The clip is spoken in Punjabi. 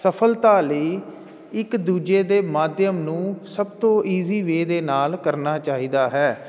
ਸਫਲਤਾ ਲਈ ਇੱਕ ਦੂਜੇ ਦੇ ਮਾਧਿਅਮ ਨੂੰ ਸਭ ਤੋਂ ਈਜੀ ਵੇ ਦੇ ਨਾਲ ਕਰਨਾ ਚਾਹੀਦਾ ਹੈ